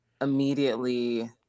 immediately